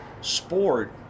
sport